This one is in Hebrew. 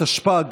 התשפ"ג